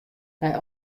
nei